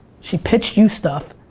she pitched you stuff.